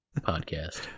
podcast